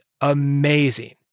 amazing